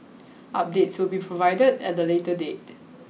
updates will be provided at a later date